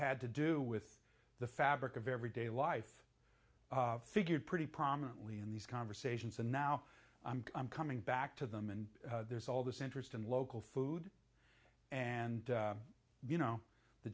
had to do with the fabric of everyday life figured pretty prominently in these conversations and now i'm coming back to them and there's all this interest in local food and you know the